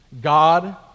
God